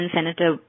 Senator